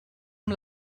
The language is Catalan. amb